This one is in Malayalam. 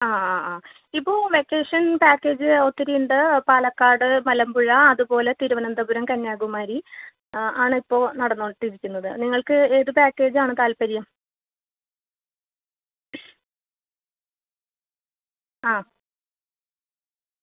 ആ ആ ആ ഇപ്പോൾ വെക്കേഷൻ പാക്കേജ് ഒത്തിരിയുണ്ട് പാലക്കാട് മലമ്പുഴ അതുപോലെ തിരുവനന്തപുരം കന്യാകുമാരി ആ ആണിപ്പോൾ നടന്നുകൊണ്ടിരിക്കുന്നത് നിങ്ങൾക്ക് ഏത് പാക്കേജ് ആണ് താൽപ്പര്യം ആ